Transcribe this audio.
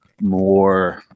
more